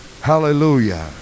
hallelujah